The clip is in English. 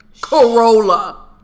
Corolla